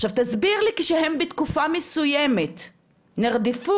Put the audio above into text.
עכשיו תסביר לי, כשהם בתקופה מסוימת נרדפו,